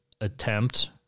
attempt